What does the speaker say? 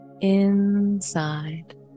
inside